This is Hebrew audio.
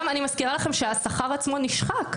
אני מזכירה לכם שהשכר עצמו נשחק.